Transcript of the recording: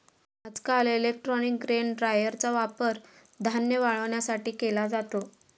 आजकाल electronic grain ड्रायरचा वापर धान्य वाळवण्यासाठी केला जातो